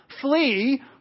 flee